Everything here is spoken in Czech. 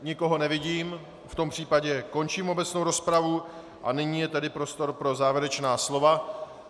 Nikoho nevidím, v tom případě končím obecnou rozpravu a nyní je tedy prostor pro závěrečná slova.